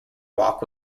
walk